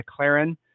McLaren